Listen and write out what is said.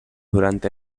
durante